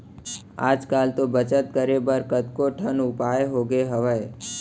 आज कल तो बचत करे बर कतको ठन उपाय आगे हावय